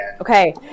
Okay